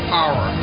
Power